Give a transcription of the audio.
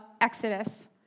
Exodus